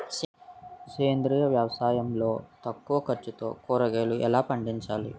సేంద్రీయ వ్యవసాయం లో తక్కువ ఖర్చుతో కూరగాయలు ఎలా పండించాలి?